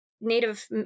native